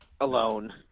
alone